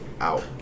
out